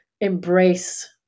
embrace